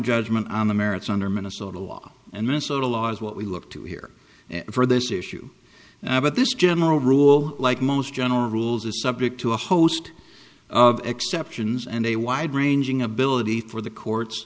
judgment on the merits under minnesota law and minnesota law is what we look to here for this issue but this general rule like most general rules is subject to a host of exceptions and a wide ranging ability for the courts